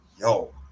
yo